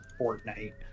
fortnite